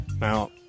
Now